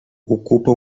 ocupa